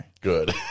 Good